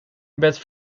best